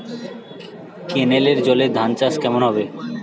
কেনেলের জলে ধানচাষ কেমন হবে?